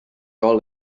all